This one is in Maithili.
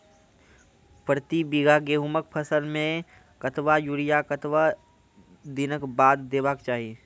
प्रति बीघा गेहूँमक फसल मे कतबा यूरिया कतवा दिनऽक बाद देवाक चाही?